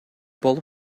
болуп